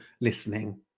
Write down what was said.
listening